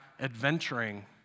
adventuring